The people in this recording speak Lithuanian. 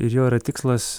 ir jo yra tikslas